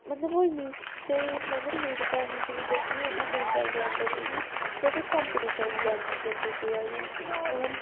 मतलब ओह् इन्नी स्हेई मतलब मेरी भैन ही जेह्ड़ी बड्डी ओह् बी बड़ी शैल ड्राइंग करदी ही बट ओह् कंपीटीशन हैन्नी लैंदी ही अग्गें कुदै बी ओह्दा